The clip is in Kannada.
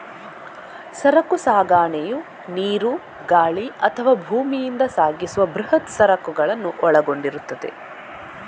ಸರಕು ಸಾಗಣೆಯು ನೀರು, ಗಾಳಿ ಅಥವಾ ಭೂಮಿಯಿಂದ ಸಾಗಿಸುವ ಬೃಹತ್ ಸರಕುಗಳನ್ನು ಒಳಗೊಂಡಿರುತ್ತದೆ